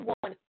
one